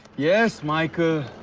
yes michael?